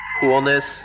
coolness